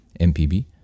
MPB